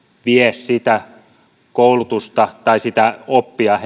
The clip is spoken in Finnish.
vie heille perille sitä koulutusta tai oppia